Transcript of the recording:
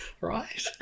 Right